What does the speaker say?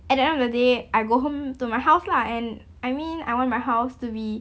at the end of the day I go home to my house lah and I mean I want my house to be